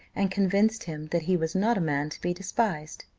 and convinced him that he was not a man to be despised.